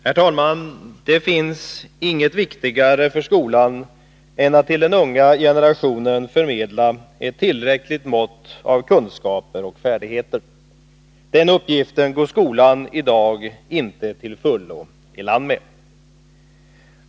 Herr talman! Det finns inget viktigare för skolan än att till den unga generationen förmedla ett tillräckligt mått av kunskaper och färdigheter. Den uppgiften går skolan i dag inte till fullo i land med.